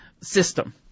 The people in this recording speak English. system